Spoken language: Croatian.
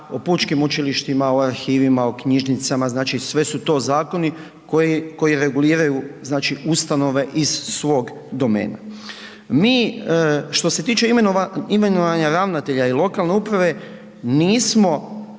o pučkim učilištima, o arhivima, o knjižnicama znači sve su to zakoni koji reguliraju znači ustanove iz svog domena. Mi, što se tiče imenovanja ravnatelja i lokalne uprave nismo